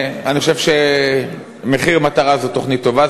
אני חושב שמחיר מטרה זו תוכנית טובה.